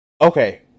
Okay